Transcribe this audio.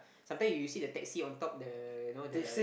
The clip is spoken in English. sometimes you see the taxi on top the you know the